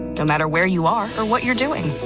and matter where you are or what you're doing.